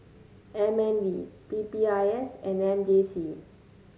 M N D P P I S and M J C